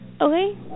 Okay